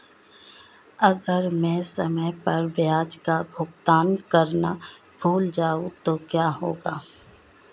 अगर मैं समय पर ब्याज का भुगतान करना भूल जाऊं तो क्या होगा?